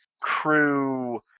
Crew